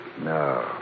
No